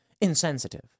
insensitive